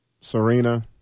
Serena